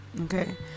Okay